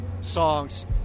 songs